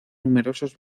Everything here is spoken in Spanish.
numerosos